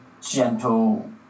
gentle